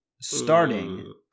starting